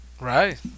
Right